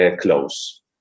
close